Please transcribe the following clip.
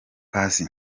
paccy